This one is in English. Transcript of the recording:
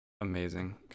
amazing